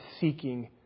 seeking